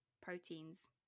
proteins